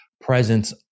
presence